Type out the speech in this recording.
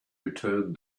returned